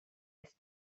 est